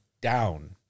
down